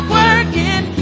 working